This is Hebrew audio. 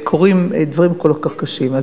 וקורים דברים כל כך קשים.